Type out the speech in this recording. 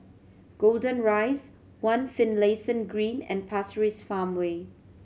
Golden Rise One Finlayson Green and Pasir Ris Farmway